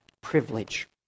privilege